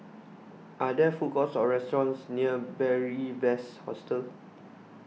are there food courts or restaurants near Beary Best Hostel